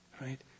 right